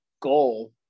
goal